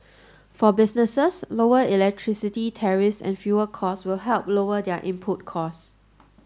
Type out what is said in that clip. for businesses lower electricity tariffs and fuel costs will help lower their input costs